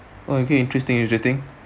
okay interesting interesting